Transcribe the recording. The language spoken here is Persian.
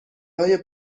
های